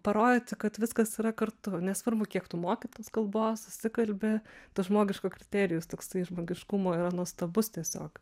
parodyti kad viskas yra kartu nesvarbu kiek tu moki tos kalbos susikalbi to žmogiško kriterijus toksai žmogiškumo yra nuostabus tiesiog